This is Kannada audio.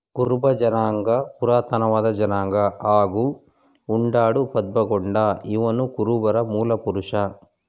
ಕುರುಬ ಜನಾಂಗ ಪುರಾತನವಾದ ಜನಾಂಗ ಹಾಗೂ ಉಂಡಾಡು ಪದ್ಮಗೊಂಡ ಇವನುಕುರುಬರ ಮೂಲಪುರುಷ